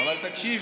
אבל תקשיבי.